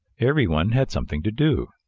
everyone had something to do.